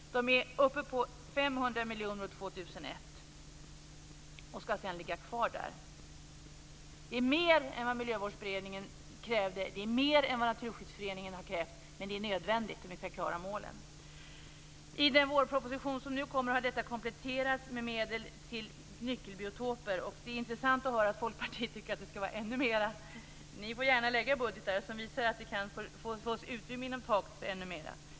De är uppe i 500 miljoner år 2001 och skall sedan ligga kvar där. Det är mer än vad Miljövårdsberedningen krävde. Det är mer än vad Naturskyddsföreningen har krävt. Men det är nödvändigt om vi skall klara målen. I den vårproposition som nu kommer har detta kompletterats med medel till nyckelbiotoper. Det är intressant att höra att Folkpartiet tycker att det skall vara ännu mer. Ni får gärna lägga budgetar som visar att det går att få utrymme inom taket för ännu mer.